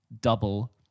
Double